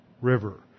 River